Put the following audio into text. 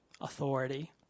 authority